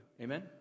Amen